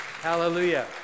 Hallelujah